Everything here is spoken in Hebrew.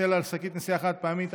היטל על שקית נשיאה חד-פעמית),